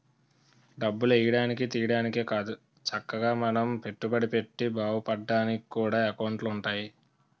డబ్బులు ఎయ్యడానికి, తియ్యడానికే కాదు చక్కగా మనం పెట్టుబడి పెట్టి బావుపడ్డానికి కూడా ఎకౌంటులు ఉంటాయి